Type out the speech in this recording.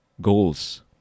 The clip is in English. goals